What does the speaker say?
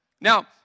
Now